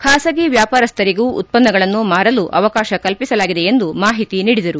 ಖಾಸಗಿ ವ್ಕಾಪಾರಸ್ಥರಿಗೂ ಉತ್ಪನ್ನಗಳನ್ನು ಮಾರಲು ಅವಕಾಶ ಕಲ್ಪಿಸಲಾಗಿದೆ ಎಂದು ಮಾಹಿತಿ ನೀಡಿದರು